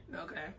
Okay